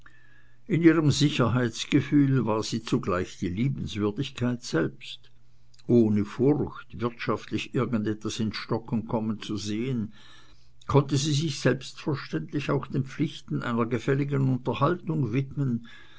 in ihrem sicherheitsgefühl war sie zugleich die liebenswürdigkeit selbst ohne furcht wirtschaftlich irgend etwas ins stocken kommen zu sehen konnte sie sich selbstverständlich auch den pflichten einer gefälligen unterhaltung widmen